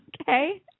Okay